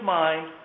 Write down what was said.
mind